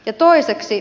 ja toiseksi